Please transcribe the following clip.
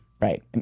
Right